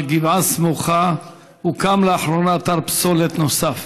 על גבעה סמוכה הוקם לאחרונה אתר פסולת נוסף.